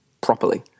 properly